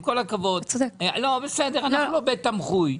ועם כל הכבוד אנחנו לא בית תמחוי.